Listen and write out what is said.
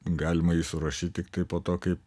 galima jį surašyti tiktai po to kaip